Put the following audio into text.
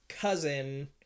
cousin